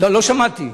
לא שמעתי.